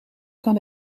kan